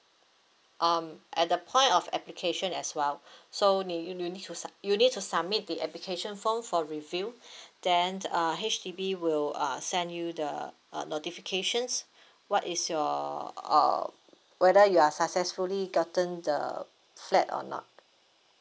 um at the point of application as well so need you you need to sub~ you need to submit the application form for review then uh H_D_B will uh send you the uh notifications what is your uh whether you are successfully gotten the flat or not